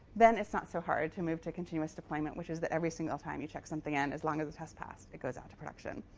then it's not so hard to move to continuous deployment, which is that every single time you check something in, as long as the test passed, it goes out to production.